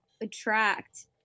attract